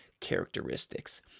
characteristics